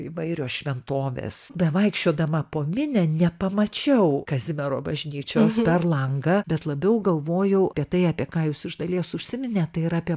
įvairios šventovės bevaikščiodama po minią nepamačiau kazimiero bažnyčios per langą bet labiau galvojau apie tai apie ką jūs iš dalies užsiminėt tai yra apie